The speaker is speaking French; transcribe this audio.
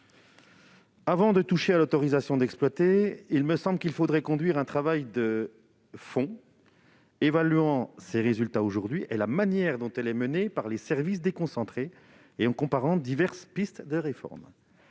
Avant de toucher à l'autorisation d'exploiter, il faudrait conduire un travail de fond en évaluant ses résultats actuels, en examinant comment elle est menée par les services déconcentrés et en comparant diverses pistes de réforme.